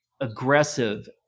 aggressive